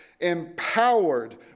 Empowered